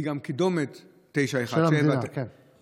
שהיא גם קידומת 917, של המדינה, כן.